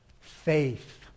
faith